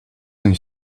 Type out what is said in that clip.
een